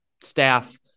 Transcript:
staff